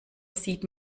sieht